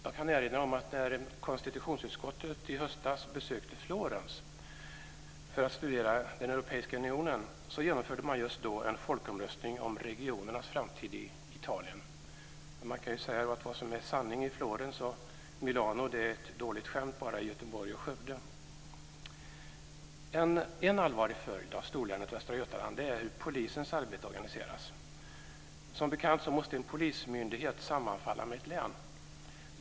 Jag kan erinra om att just när konstitutionsutskottet i höstas besökte Florens för att studera den europeiska unionen genomfördes en folkomröstning om regionernas framtid i Italien. Vad som är sanning i Florens och Milano är tydligen bara ett dåligt skämt i En allvarlig följd av storlänet Västra Götaland är hur polisens arbete organiseras. Som bekant måste en polismyndighet sammanfalla med ett län.